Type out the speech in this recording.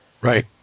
Right